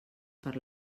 per